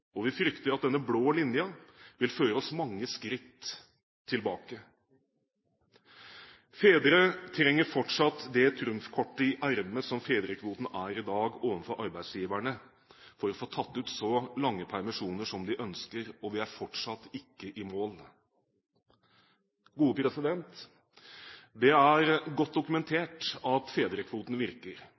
og virkelighetsfjernt. Vi frykter at denne blå linjen vil føre oss mange skritt tilbake. Fedre trenger fortsatt det trumfkortet i ermet som fedrekvoten er i dag, overfor arbeidsgiverne for å få tatt ut så lange permisjoner som de ønsker, og vi er fortsatt ikke i mål. Det er godt dokumentert at fedrekvoten virker.